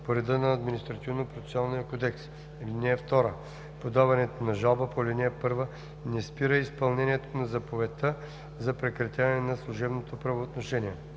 по реда на Административнопроцесуалния кодекс. (2) Подаването на жалба по ал. 1 не спира изпълнението на заповедта за прекратяване на служебното правоотношение.